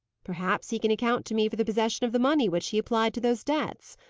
perhaps he can account to me for the possession of the money which he applied to those debts,